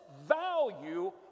value